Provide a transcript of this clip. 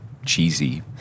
cheesy